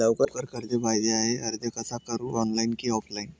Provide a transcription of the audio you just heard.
लवकर कर्ज पाहिजे आहे अर्ज कसा करु ऑनलाइन कि ऑफलाइन?